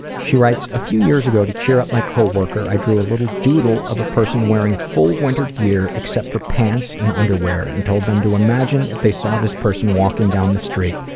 she writes, a few years ago to cheer up my coworker, i drew a little doodle of a person wearing full winter gear except for pants and underwear and told them to imagine if they saw this person walking down the street.